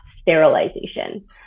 sterilization